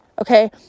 Okay